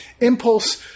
Impulse